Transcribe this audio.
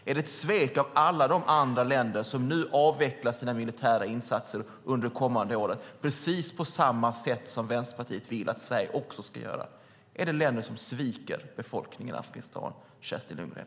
Är det ett svek av alla de andra länder som nu avvecklar sina militära insatser under det kommande året, precis på samma sätt som Vänsterpartiet vill att Sverige också ska göra? Är det länder som sviker befolkningen i Afghanistan, Kerstin Lundgren?